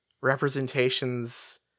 representations